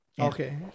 okay